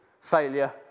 failure